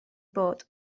bod